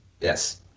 Yes